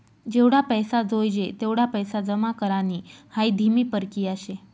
जेवढा पैसा जोयजे तेवढा पैसा जमा करानी हाई धीमी परकिया शे